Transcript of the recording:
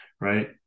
right